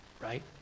Right